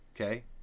Okay